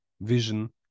vision